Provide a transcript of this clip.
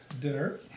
dinner